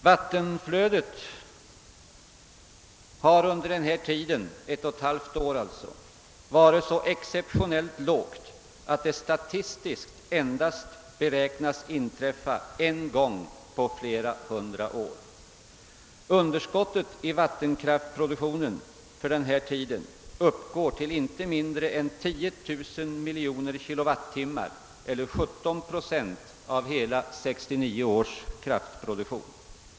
Vattenflödet har un der senaste 1!/2 åren varit så exceptionellt lågt, att det statisiskt sett endast beräknas inträffa en gång på flera hundra år. Underskottet i vattenkraftsproduktionen för denna tid uppgår till inte mindre än 10000 miljoner kWh eller 17 procent av hela 1969 års kraftproduktion.